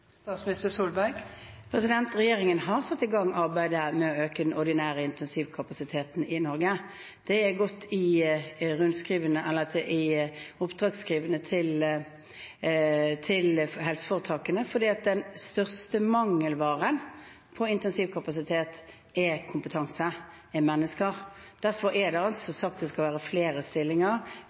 har satt i gang arbeidet med å øke den ordinære intensivkapasiteten i Norge. Det har gått i oppdragsskrivene til helseforetakene. Den største mangelvaren på intensivkapasitet er kompetanse, det er mennesker. Derfor er det sagt at det skal